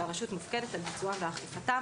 שהרשות מופקדת על ביצועם ואכיפתם".